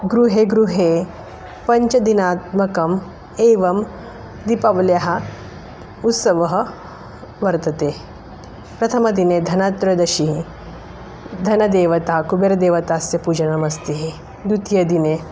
गृहे गृहे पञ्चदिनात्मकम् एवं दीपावल्याः उत्सवः वर्तते प्रथमदिने धनात्रयोदशि धनदेवता कुबेरदेवतस्य पूजनमस्ति द्वितीयदिने